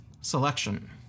selection